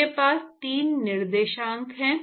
मेरे पास 3 निर्देशांक हैं